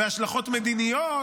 השלכות מדיניות,